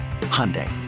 Hyundai